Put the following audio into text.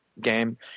game